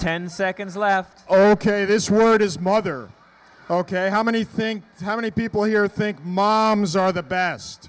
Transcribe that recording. ten seconds left oh ok this would his mother ok how many think how many people here think mom's are the best